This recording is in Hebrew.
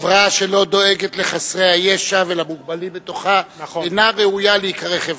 חברה שלא דואגת לחסרי הישע ולמוגבלים בתוכה אינה ראויה להיקרא חברה.